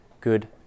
good